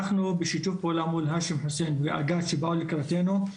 בשיתוף פעולה עם האשם חוסין ואג"ת שבאו לקראתנו,